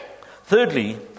Thirdly